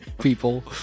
people